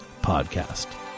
podcast